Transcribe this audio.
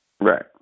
Right